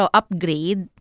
upgrade